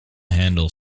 handle